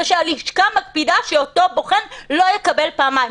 ושהלשכה מקפידה שאותו בוחן לא יקבל פעמיים.